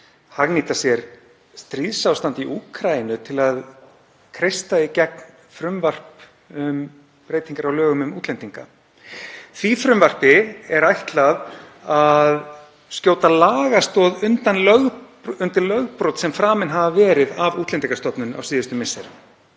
hagnýta sér stríðsástand í Úkraínu til að kreista í gegn frumvarp um breytingu á lögum um útlendinga. Því frumvarpi er ætlað að skjóta lagastoð undir lögbrot sem framin hafa verið af Útlendingastofnun á síðustu misserum.